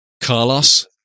Carlos